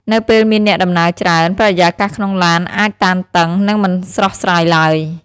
នៅពេលមានអ្នកដំណើរច្រើន បរិយាកាសក្នុងឡានអាចតឹងតែងនិងមិនស្រស់ស្រាយឡើយ។